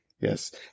Yes